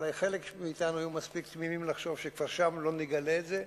שאולי חלק מאתנו היו מספיק תמימים לחשוב ששם כבר לא נגלה את זה.